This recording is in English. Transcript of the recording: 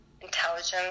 intelligence